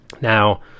now